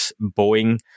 Boeing